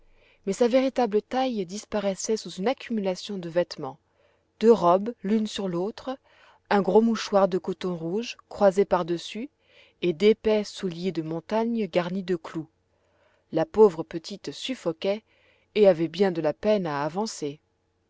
mais sa véritable taille disparaissait sous une accumulation de vêtements deux robes l'une sur l'autre un gros mouchoir de coton rouge croisé par dessus et d'épais souliers de montagne garnis de clous la pauvre petite suffoquait et avait bien de la peine à avancer